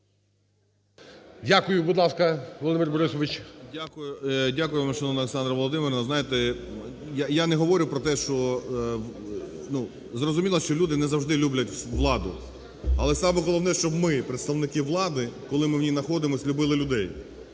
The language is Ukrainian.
Дякую. Будь ласка, Володимир Борисович. 10:33:13 ГРОЙСМАН В.Б. Дякуємо, шановна Олександра Володимирівна. Знаєте, я не говорю про те, що, ну, зрозуміло, що люди не завжди люблять владу. Але саме головне, щоб ми, представники влади, коли ми в ній находимось, любили людей.